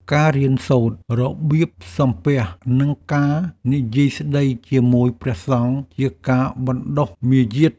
ការរៀនសូត្ររបៀបសំពះ និងការនិយាយស្តីជាមួយព្រះសង្ឃ ជាការបណ្តុះមារយាទ។